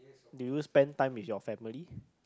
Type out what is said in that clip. do you spend time with your family